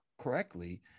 correctly